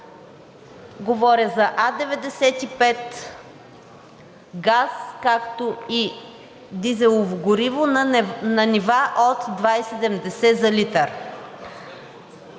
говоря за А-95, газ, както и дизелово гориво, на нива от 2,70 лв. за литър.